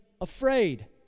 afraid